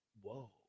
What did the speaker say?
whoa